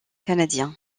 canadien